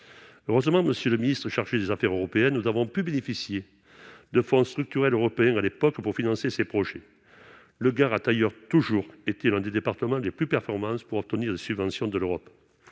heureusement, monsieur le ministre chargé des Affaires européennes, nous avons pu bénéficier de fonds structurels européens, à l'époque pour financer ses projets, le Gard, a d'ailleurs toujours été l'un des départements les plus performance pour obtenir des subventions de l'Europe,